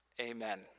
amen